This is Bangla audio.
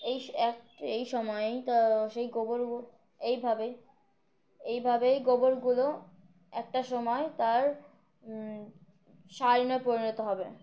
এই এক এই সময়েই তা সেই গোবর এইভাবেই এইভাবেই গোবরগুলো একটা সময় তার সারে পরিণত হবে